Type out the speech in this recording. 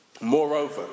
Moreover